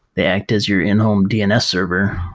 they act as your in-home dns server,